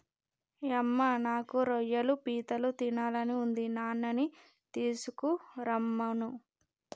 యమ్మ నాకు రొయ్యలు పీతలు తినాలని ఉంది నాన్ననీ తీసుకురమ్మను